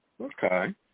Okay